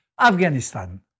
Afghanistan